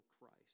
Christ